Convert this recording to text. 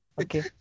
Okay